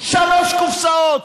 שלוש קופסאות.